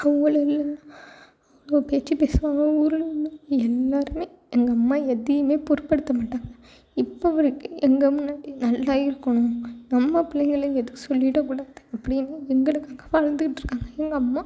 அவ்வளோவையும் அவ்வளோ பேச்சு பேசுவாங்க ஊரில் உள்ளவங்க எல்லோருமே எங்கள் அம்மா எதையும் பொருட்படுத்த மாட்டாங்க இப்போ வரைக்கும் எங்கள் முன்னாடி நல்லா இருக்கணும் நம்ம பிள்ளைங்கள எதுவும் சொல்லிட கூடாது அப்படினு எங்களுக்காக அழுதுட்டு இருக்காங்க எங்கள் அம்மா